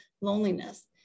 loneliness